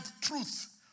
truth